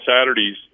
Saturdays